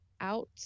out